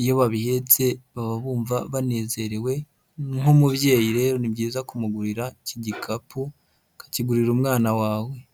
iyo babihetse baba bumva banezerewe nk'umubyeyi rero ni byiza kumugurira iki gikapu ukakigurira umwana wawe.